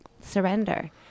surrender